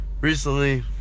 recently